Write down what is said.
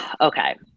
Okay